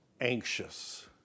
anxious